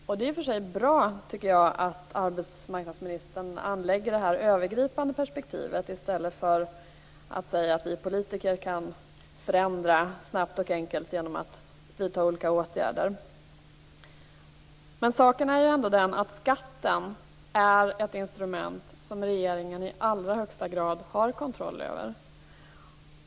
Jag tycker i och för sig att det är bra att arbetsmarknadsministern anlägger det här övergripande perspektivet i stället för att säga att vi politiker kan förändra snabbt och enkelt genom att vidta olika åtgärder. Men saken är ju ändå den att skatten är ett instrument som regeringen i allra högsta grad har kontroll över.